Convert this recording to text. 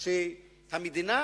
זה שהמדינה